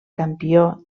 campió